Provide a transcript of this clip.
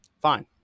fine